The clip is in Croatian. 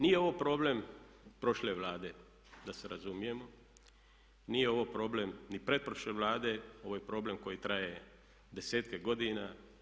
Nije ovo problem prošle Vlade, da se razumijemo, nije ovo problem ni pretprošle Vlade, ovo je problem koji traje desetke godina.